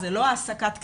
זה לא העסקת קטינים,